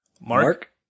Mark